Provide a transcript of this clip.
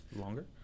longer